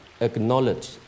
acknowledge